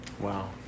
Wow